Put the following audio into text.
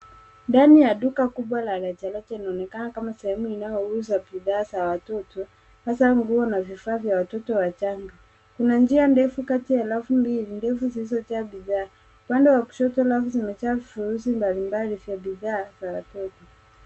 Ndani ya duka kubwa la rejareja inaonekana kama sehemu inayouza bidhaa za watoto, hasa nguo na vifaa vya watoto wachanga, kuna njia ndefu kati ya rafu mbili ndefu zilizojaa bidhaa, pande wa kushoto rafu zimejaa vifurusi mbalimbali vya bidhaa za watoto.